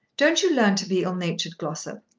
don't you learn to be ill-natured, glossop.